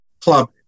club